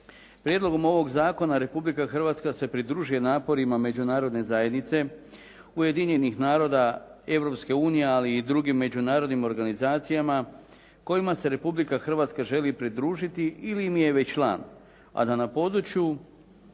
Prijedlogom ovog zakona Republika Hrvatska se pridružuje naporima Međunarodne zajednice, Ujedinjenih naroda, Europske unije ali i drugim međunarodnim organizacijama kojima se Republika Hrvatska želi pridružiti ili im je već član a da na području